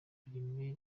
harimo